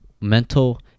Mental